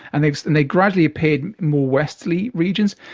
and they and they gradually appeared in more westerly regions.